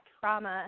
trauma